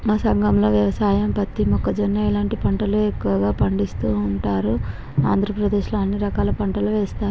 మా సంఘంలో వ్యవసాయం పత్తి మొక్కజొన్న ఇలాంటి పంటలు ఎక్కువగా పండిస్తూ ఉంటారు ఆంధ్రప్రదేశ్లో అన్నీ రకాల పంటలు వేస్తారు